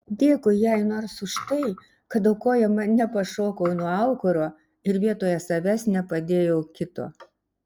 dėkui jai nors už tai kad aukojama nepašokau nuo aukuro ir vietoje savęs nepadėjau kito